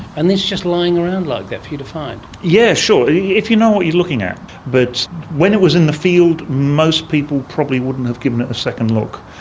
and this just lying around like that for you to find. yes sure, if you know what you're looking at. but when it was in the field, most people probably wouldn't have given it a second look.